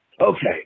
Okay